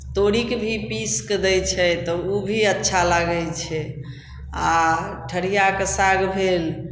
तोरीके भी पीस कऽ दै छै तऽ ओ भी अच्छा लागै छै आ ठरियाके साग भेल